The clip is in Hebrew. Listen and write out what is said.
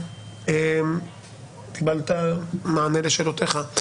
קיבלת מענה לשאלותיך?